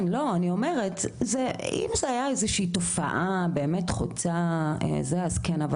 אם זה היה איזושהי תופעה באמת חוצה אז כן אבל